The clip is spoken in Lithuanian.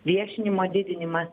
viešinimo didinimas